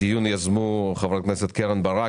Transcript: את הדיון יזמה חברת הכנסת קרן ברק,